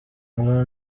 abo